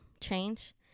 change